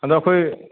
ꯑꯗꯣ ꯑꯩꯈꯣꯏ